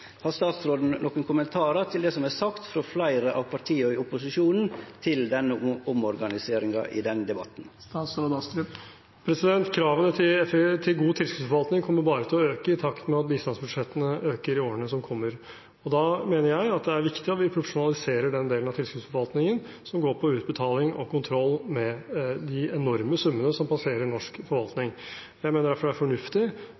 Har statsråden nokon kommentar til det som er sagt frå fleire av partia i opposisjonen til denne omorganiseringa i denne debatten? Kravene til god tilskuddsforvaltning kommer bare til å øke i takt med at bistandsbudsjettene øker i årene som kommer, og da mener jeg at det er viktig at vi profesjonaliserer den delen av tilskuddsforvaltningen som går på utbetaling og kontroll med de enorme summene som passerer norsk forvaltning. Jeg mener derfor det er fornuftig